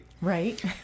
Right